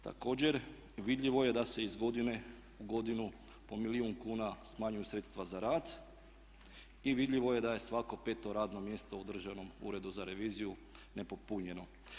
Također vidljivo je da se iz godine u godinu po milijun kuna smanjuju sredstva za rad i vidljivo je da je svako peto radno mjesto u Državnom uredu za reviziju nepopunjeno.